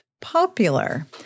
Popular